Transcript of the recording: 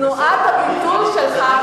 תנועת הביטול שלך,